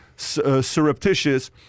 Surreptitious